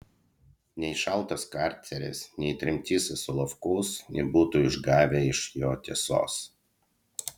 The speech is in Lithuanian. nei šaltas karceris nei tremtis į solovkus nebūtų išgavę iš jo tiesos